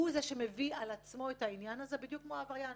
הוא זה שמביא על עצמו את העניין הזה בדיוק כמו עבריין.